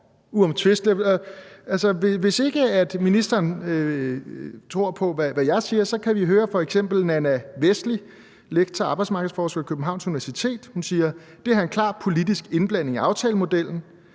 Hvis ikke ministeren tror på, hvad jeg siger, kan vi høre f.eks. Nana Wesley, lektor og arbejdsmarkedsforsker ved Københavns Universitet. Hun siger: »Det her er en klar politisk indblanding i aftalemodellen.«